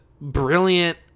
brilliant